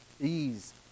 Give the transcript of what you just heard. ease